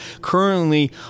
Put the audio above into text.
currently